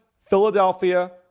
Philadelphia